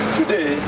today